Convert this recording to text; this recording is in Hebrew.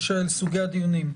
של סוגי הדיונים.